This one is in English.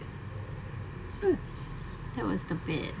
that was the bear